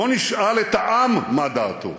בואו נשאל את העם מה דעתו.